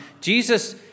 Jesus